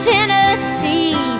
Tennessee